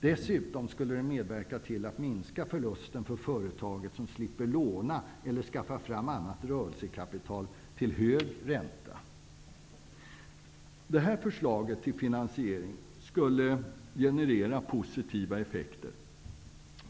Dessutom skulle det medverka till att minska förlusten för företaget, som slipper låna eller skaffa fram annat rörelsekapital till hög ränta. Detta förslag till finansiering skulle ge positiva effekter.